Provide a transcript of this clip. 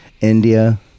India